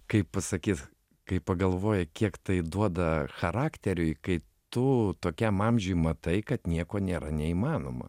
kaip pasakyt kai pagalvoji kiek tai duoda charakteriui kai tu tokiam amžiui matai kad nieko nėra neįmanomo